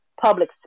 public